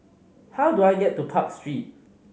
how do I get to Park Street